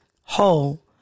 whole